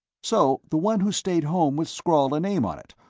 so the one who stayed home would scrawl a name on it,